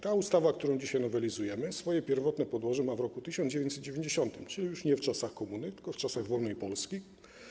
Ta ustawa, którą dzisiaj nowelizujemy, swoje podłoże ma w roku 1990, czyli już nie w czasach komuny, tylko w czasach wolnej Polski.